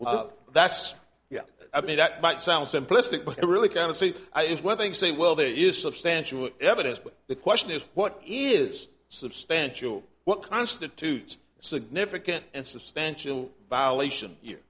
well that's you know i mean that might sound simplistic but it really kind of see i it's one thing to say well there is substantial evidence but the question is what is substantial what constitutes significant and substantial violation you